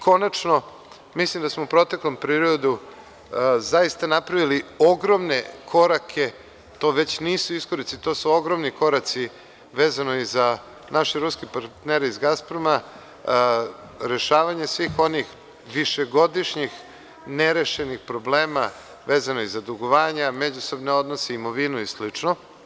Konačno, mislim da smo u proteklom periodu zaista napravili ogromne korake, to nisu iskoraci, to su koraci, vezano i za naše ruske partnere iz „Gasproma“, rešavanje svih onih višegodišnjih nerešenih problema vezano za dugovanja, međusobne odnose i imovinu i slično.